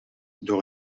door